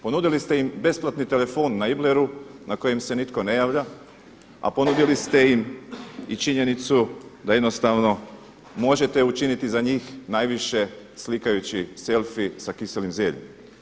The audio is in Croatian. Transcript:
Ponudili ste im besplatni telefon na Ibleru na kojem se nitko ne javlja, a ponudili ste im i činjenicu da jednostavno možete učiniti za njih najviše slikajući selfie sa kiselim zeljem.